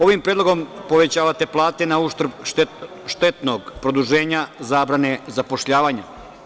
Ovim predlogom povećavate plate na uštrb štetnog produženja zabrane zapošljavanja.